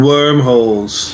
Wormholes